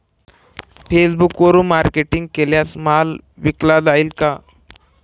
फेसबुकवरुन मार्केटिंग केल्यास माल विकला जाईल का?